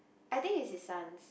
I think is his sons